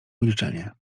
milczenie